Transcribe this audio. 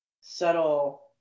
subtle